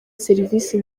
serivisi